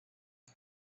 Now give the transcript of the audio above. las